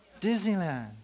Disneyland